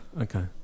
okay